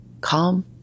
calm